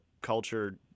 culture